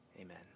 Amen